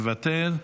מוותר,